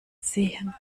sehen